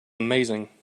amazing